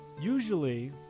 usually